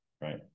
right